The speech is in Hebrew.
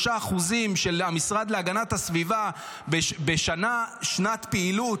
3% של המשרד להגנת הסביבה בשנת פעילות,